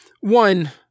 one